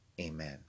Amen